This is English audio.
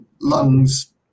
lungs